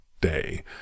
day